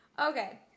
Okay